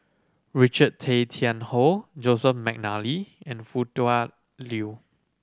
Richard Tay Tian Hoe Joseph McNally and Foo Tua Liew